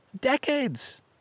decades